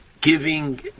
giving